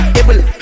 able